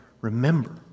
remember